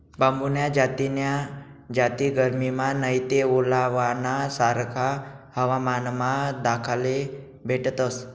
बांबून्या जास्तीन्या जाती गरमीमा नैते ओलावाना सारखा हवामानमा दखाले भेटतस